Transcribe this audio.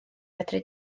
fedri